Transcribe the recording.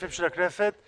הכנסת.